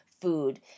food